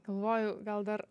galvoju gal dar